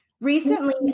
recently